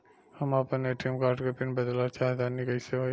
हम आपन ATM card के पीन बदलल चाहऽ तनि कइसे होई?